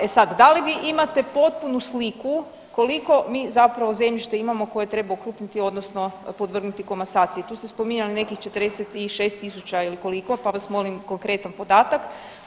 E sad, da li vi imate potpunu sliku koliko mi zapravo zemljišta imamo koje treba okrupniti odnosno podvrgnuti komasaciji, tu ste spominjali nekih 46 tisuća ili koliko, pa vas molim konkretan podatak.